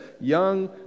young